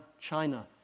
China